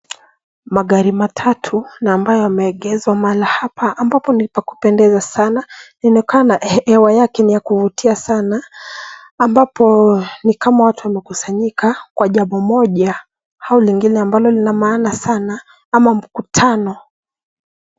Magari matatu, na ambayo yameegezwa hapa, na ambapo ni pa kupendeza sana yaonekana hewa yake ni ya kuvutia sana, ambapo watu wengi wamekusanyika kwa jambo moja, au lingine ambalo lina maana sana, ama mkutano.